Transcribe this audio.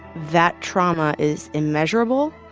that trauma is immeasurable.